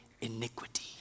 iniquity